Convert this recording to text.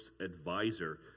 Advisor